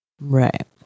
Right